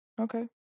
Okay